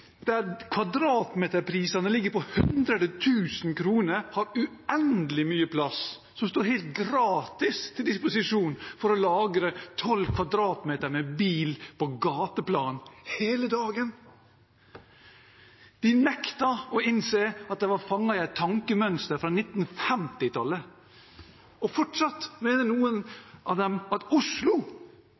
der kvadratmeterprisen ligger på mange hundre tusen kroner, har uendelig mye plass, som står helt gratis til disposisjon for å lagre 12 m 2 med bil på gateplan – hele dagen! De nektet å innse at de var fanget i et tankemønster fra 1950-tallet. Og fortsatt mener noen av dem at Oslo